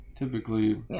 Typically